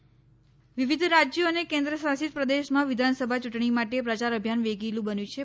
યૂંટણીપ્રચાર વિવિધ રાજ્યો અને કેન્દ્ર શાસિત પ્રદેશમાં વિધાનસભા યૂંટણી માટે પ્રચાર અભિયાન વેગીલુ બન્યું છે